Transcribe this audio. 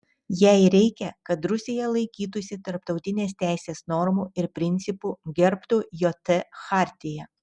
jai reikia kad rusija laikytųsi tarptautinės teisės normų ir principų gerbtų jt chartiją